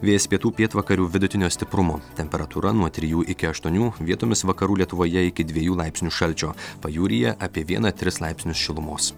vėjas pietų pietvakarių vidutinio stiprumo temperatūra nuo trijų iki aštuonių vietomis vakarų lietuvoje iki dviejų laipsnių šalčio pajūryje apie vieną tris laipsnius šilumos